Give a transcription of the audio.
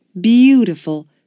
Beautiful